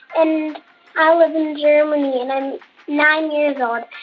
and i live germany, and i'm nine years old.